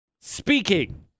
Speaking